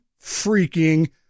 freaking